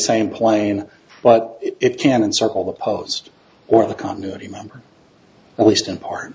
same plane but it can and circle the post or the continuity member at least in part